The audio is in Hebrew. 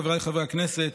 חבריי חברי הכנסת,